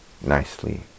nicely